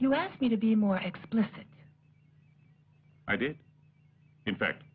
you asked me to be more explicit i did in fact